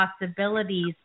possibilities